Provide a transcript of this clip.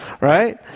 right